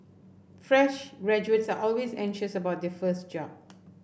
fresh graduates are always anxious about their first job